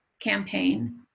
campaign